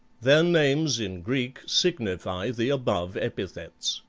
their names in greek signify the above epithets.